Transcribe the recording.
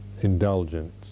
indulgence